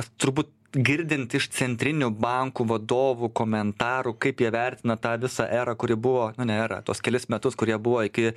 turbūt girdint iš centrinių bankų vadovų komentarų kaip jie vertina tą visą erą kuri buvo na ne erą tuos kelis metus kurie buvo iki